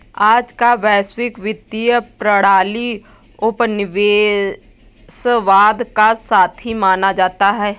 आज का वैश्विक वित्तीय प्रणाली उपनिवेशवाद का साथी माना जाता है